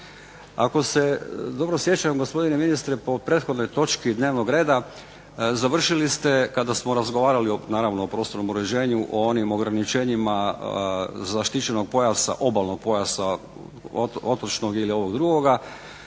Ako se dobro sjećam gospodine ministre po prethodnoj točki dnevnog reda završili ste kada smo razgovarali naravno o prostornom uređenju, o onim ograničenjima zaštićenog pojasa, obalnog pojasa otočnog ili ovog drugoga